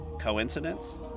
Coincidence